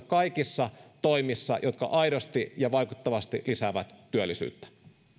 kaikissa toimissa jotka aidosti ja vaikuttavasti lisäävät työllisyyttä